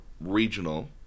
regional